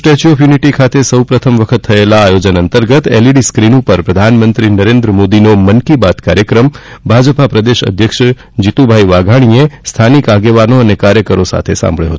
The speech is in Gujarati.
statue of unity Mann Ki Baat statue of unity ખાતે સૌ પ્રથમ વખત થયેલા આયોજન અંતર્ગત એલઈડી સ્કીન પર પ્રધાનમંત્રી નરેન્દ્ર મોદીનો મન કી બાત કાર્યક્રમ ભાજપ પ્રદેશ અધ્યક્ષ શ્રી જીતુભાઈ વાઘાણીએ સ્થાનિક આગેવાનો અને કાર્યકરો સાથે સાંભળ્યો હતો